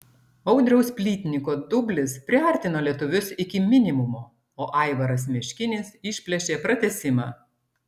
audriaus plytniko dublis priartino lietuvius iki minimumo o aivaras meškinis išplėšė pratęsimą